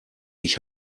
ich